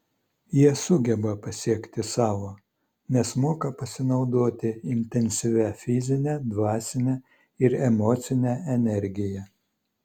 jie sugeba pasiekti savo nes moka pasinaudoti intensyvia fizine dvasine ir emocine energija